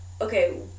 okay